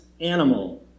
animal